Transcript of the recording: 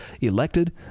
elected